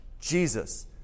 Jesus